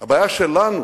הבעיה שלנו